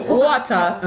water